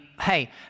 hey